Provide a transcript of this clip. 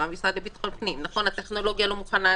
המשרד לביטחון פנים הטכנולוגיה לא מוכנה,